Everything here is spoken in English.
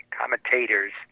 commentators